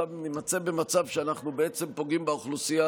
נימצא במצב שבו אנחנו בעצם פוגעים באוכלוסייה